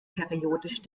periodisch